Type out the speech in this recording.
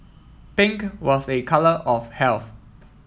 pink was a colour of health